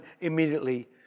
immediately